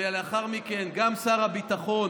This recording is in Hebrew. ולאחר מכן גם שר הביטחון